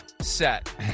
set